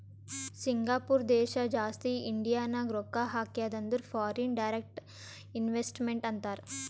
Singapore ದೇಶ ಜಾಸ್ತಿ ಇಂಡಿಯಾನಾಗ್ ರೊಕ್ಕಾ ಹಾಕ್ಯಾದ ಅಂದುರ್ ಫಾರಿನ್ ಡೈರೆಕ್ಟ್ ಇನ್ವೆಸ್ಟ್ಮೆಂಟ್ ಅಂತಾರ್